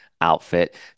outfit